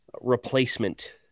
replacement